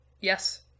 Yes